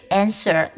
answer